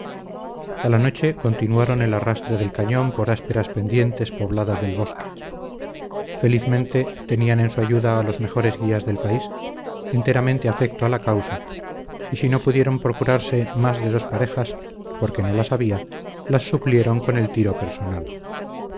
a la noche continuaron el arrastre del cañón por ásperas pendientes pobladas de bosque felizmente tenían en su ayuda a los mejores guías del país enteramente afecto a la causa y si no pudieron procurarse más de dos parejas porque no las había las suplieron con el tiro personal